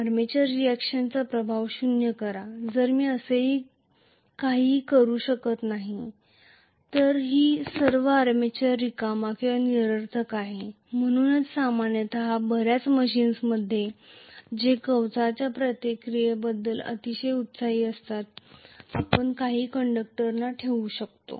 armature रिएक्शनचा प्रभाव शून्य करा जर मी असे काहीही करू शकत नाही तर ही सर्व आर्मेचर रिकामा आणि निरर्थक आहे म्हणूनच सामान्यत बऱ्याच मशीन्समध्ये जे आर्मेचर रिऍक्शनबद्दल अतिशय असंतुष्ट असतात आपण काही कंडक्टर ठेवू शकतो